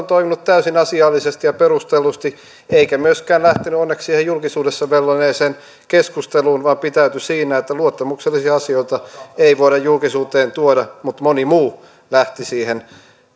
toiminut täysin asiallisesti ja perustellusti eikä myöskään lähtenyt onneksi siihen julkisuudessa velloneeseen keskusteluun vaan pitäytyi siinä että luottamuksellisia asioita ei voida julkisuuteen tuoda mutta moni muu lähti siihen